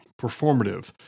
performative